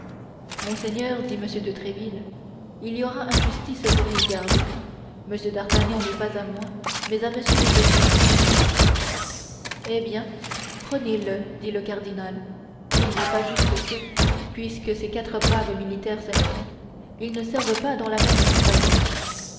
monseigneur dit m de tréville il y aura injustice pour les gardes m d'artagnan n'est pas à moi mais à m des essarts eh bien prenez-le dit le cardinal il n'est pas juste que puisque ces quatre braves militaires s'aiment tant ils ne servent pas dans la même compagnie